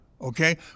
okay